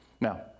Now